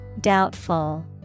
Doubtful